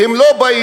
והם לא באים.